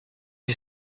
you